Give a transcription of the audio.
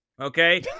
okay